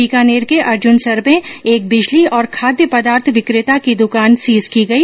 बीकानेर के अर्जुनसर में एक बिजली और खाद्य पदार्थ विकेता की दुकान सीज की गई